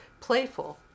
playful